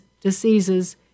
diseases